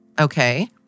Okay